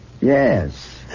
Yes